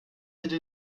bitte